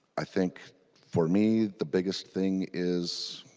i think for me the biggest thing is